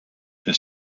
his